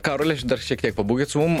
karoli dar šiek tiek pabūkit su mum